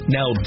Now